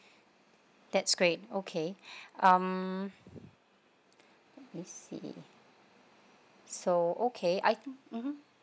that's great okay um let me see so okay I think hmm